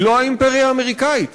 היא לא האימפריה האמריקנית.